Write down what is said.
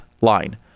line